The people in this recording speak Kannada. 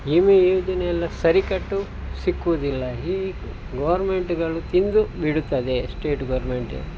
ವಿಮೆ ಯೋಜನೆ ಎಲ್ಲ ಸರಿಕಟ್ಟು ಸಿಕ್ಕುವುದಿಲ್ಲ ಈ ಗೋರ್ಮೆಂಟುಗಳು ತಿಂದು ಬಿಡುತ್ತದೆ ಸ್ಟೇಟ್ ಗೋರ್ಮೆಂಟ್